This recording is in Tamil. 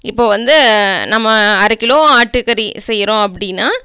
இப்போ வந்து நம்ம அரை கிலோ ஆட்டுக்கறி செய்யறோம் அப்படின்னா